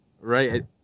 right